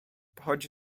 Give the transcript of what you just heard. pochodzi